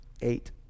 eight